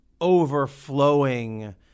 overflowing